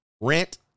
rent